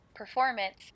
Performance